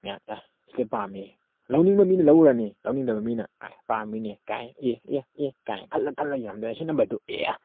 ꯉꯥꯏꯍꯥꯛ ꯁꯤꯗ ꯄꯥꯝꯃꯦ ꯂꯧꯅꯤꯡꯕ ꯃꯤꯅ ꯂꯧꯈ꯭ꯔꯅꯤ ꯂꯧꯅꯤꯡꯗꯕ ꯃꯤꯅ ꯑꯦ ꯄꯥꯝꯃꯤꯅꯦ ꯀꯥꯏꯅ ꯑꯦ ꯑꯦ ꯑꯦ ꯀꯥꯏꯅ ꯈꯜꯂ ꯈꯜꯂ ꯌꯦꯡꯂꯝꯗꯣꯏꯅꯤ ꯑꯁꯤ ꯅꯝꯕꯔꯗꯨ ꯑꯦ